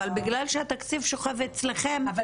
אבל בגלל שהתקציב שוכב אצלכם --- אבל